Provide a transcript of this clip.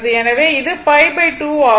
எனவே இது π2 ஆகும்